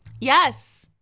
Yes